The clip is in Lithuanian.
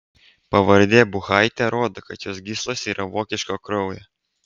pavardė buchaitė rodo kad jos gyslose yra vokiško kraujo